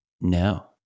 No